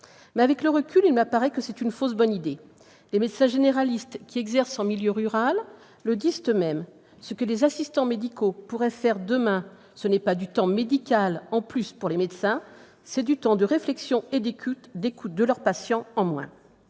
le recul, toutefois, il m'apparaît que c'est une fausse bonne idée. Les médecins généralistes en milieu rural le disent eux-mêmes. Ce que les assistants médicaux pourraient faire demain, ce n'est pas du temps médical en plus pour les médecins, c'est du temps de réflexion et d'écoute de leurs patients en moins.